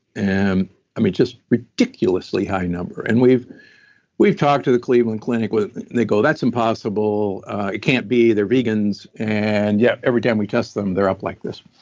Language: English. and just ridiculously high number and we've we've talked to the cleveland clinic, they go, that's impossible. it can't be. they're vegans. and yet, every time we test them they're up like this.